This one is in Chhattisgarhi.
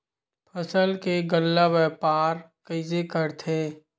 फसल के गल्ला व्यापार कइसे करथे?